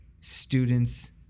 students